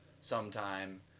sometime